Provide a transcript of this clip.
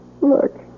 Look